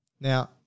Now